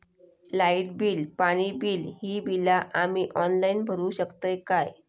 Light bill, पाणी bill, ही बिला आम्ही ऑनलाइन भरू शकतय का?